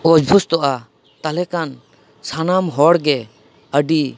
ᱚᱵᱷᱚᱥᱛᱳᱜᱼᱟ ᱛᱟᱦᱚᱞᱮ ᱠᱷᱟᱱ ᱥᱟᱱᱟᱢ ᱦᱚᱲ ᱜᱮ ᱟᱹᱰᱤ